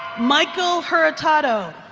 michael hurtado.